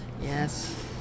yes